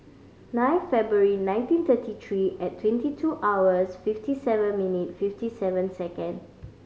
nine February nineteen thirty three at twenty two hours fifty seven minute fifty seven second